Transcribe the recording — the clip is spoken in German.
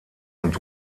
und